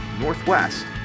Northwest